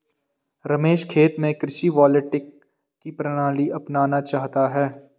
रमेश खेत में कृषि वोल्टेइक की प्रणाली अपनाना चाहता है